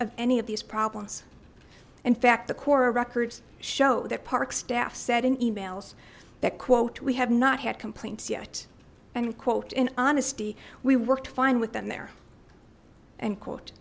of any of these problems in fact the kora records show that park staff said in emails that quote we have not had complaints yet and quote in honesty we worked fine with them there and quote